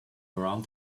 around